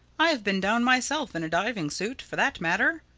i've been down myself in a diving-suit, for that matter.